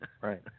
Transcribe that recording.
Right